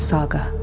Saga